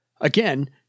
again